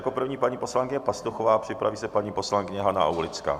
Jako první paní poslankyně Pastuchová, připraví se paní poslankyně Hana Aulická.